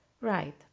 Right